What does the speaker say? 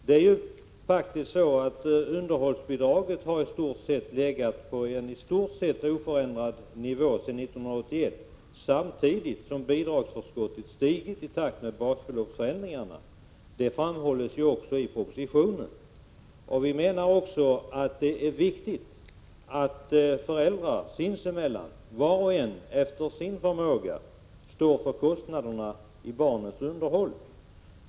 Det är faktiskt så att underhållsbidraget har legat på en i stort sett oförändrad nivå sedan 1981, samtidigt som bidragsförskottet stigit i takt med basbeloppsförändringarna. Detta framhålls ju också i propositionen. Vi menar också att det är viktigt att föräldrar sinsemellan, var och en efter sin förmåga, står för kostnaderna för barnens underhåll.